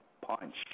punch